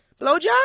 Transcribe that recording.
blowjob